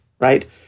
right